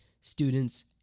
students